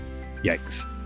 Yikes